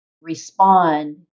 respond